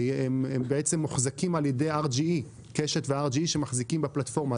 הם בעצם מוחזקים על-ידי קשת ו-RGE שמחזיקים בפלטפורמה.